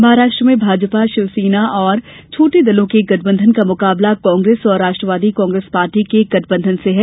महाराष्ट्र में भाजपा शिवसेना और छोटे दलों के गठबंधन का मुकाबला कांग्रेस और राष्ट्रवादी कांग्रेस पार्टी के गठबंघन से है